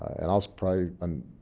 and i'll probably, and